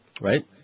Right